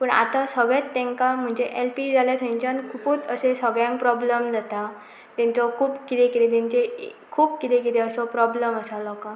पूण आतां सगळेंत तेंकां म्हणजे एलपी जाल्या थंयच्यान खुबूच अशें सगळ्यांक प्रोब्लम जाता तेंचो खूब किदें किदें तेंचे खूब किदें किदं असो प्रोब्लम आसा लोकांक